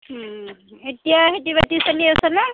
এতিয়া খেতি বাতি চলি আছে নে